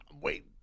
Wait